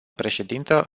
președintă